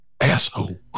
asshole